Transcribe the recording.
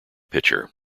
pitcher